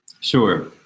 sure